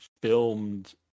filmed